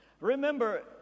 Remember